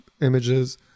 images